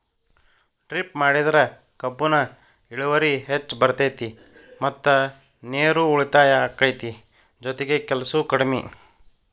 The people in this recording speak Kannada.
ಡ್ರಿಪ್ ಮಾಡಿದ್ರ ಕಬ್ಬುನ ಇಳುವರಿ ಹೆಚ್ಚ ಬರ್ತೈತಿ ಮತ್ತ ನೇರು ಉಳಿತಾಯ ಅಕೈತಿ ಜೊತಿಗೆ ಕೆಲ್ಸು ಕಡ್ಮಿ